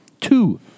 Two